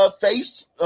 face